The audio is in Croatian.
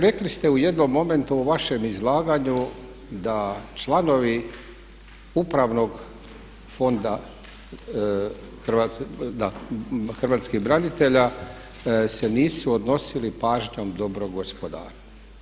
Rekli ste u jednom momentu u vašem izlaganju da članovi upravnog Fonda hrvatskih branitelja se nisu odnosili pažnjom dobrog gospodara.